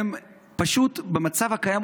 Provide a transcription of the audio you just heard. במצב הקיים,